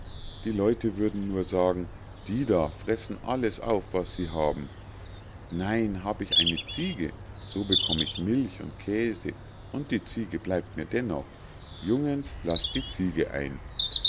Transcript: die leute würden nur sagen die da fressen alles auf was sie haben nein hab ich eine ziege so bekomm ich milch und käse und die ziege bleibt mir dennoch jungens lasst die ziege ein